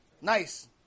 Nice